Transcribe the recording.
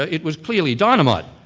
ah it was clearly dynamite,